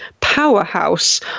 powerhouse